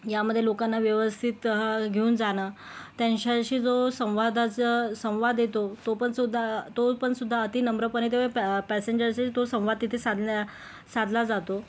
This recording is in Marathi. यामधे लोकांना व्यवस्थित घेऊन जाणं त्यांच्याशी जो संवादाचं संवाद येतो तो पण सुद्धा तो पण सुद्धा अतिनम्रपणे तो पॅसेंजरशी तो संवाद तिथे साधल्या साधला जातो